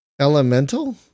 elemental